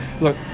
look